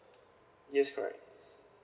yes correct